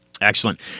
Excellent